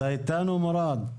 אתה איתנו מוראד?